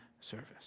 service